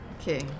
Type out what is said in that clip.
Okay